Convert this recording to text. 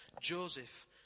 Joseph